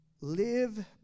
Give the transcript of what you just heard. live